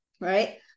right